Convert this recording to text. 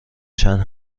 چند